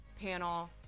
panel